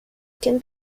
can